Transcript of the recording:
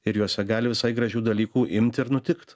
ir juose gali visai gražių dalykų imt ir nutikt